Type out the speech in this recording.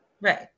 Right